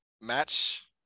Match